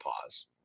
pause